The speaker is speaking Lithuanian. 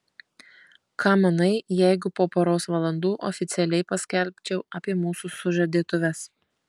ką manai jeigu po poros valandų oficialiai paskelbčiau apie mūsų sužadėtuves